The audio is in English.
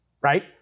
Right